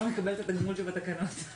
מה לגבי ישיבות אחרת,